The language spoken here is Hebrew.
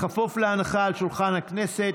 בכפוף להנחה על שולחן הכנסת.